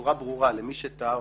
בצורה ברורה למי שתהה,